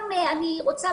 אני רוצה,